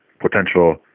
potential